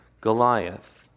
Goliath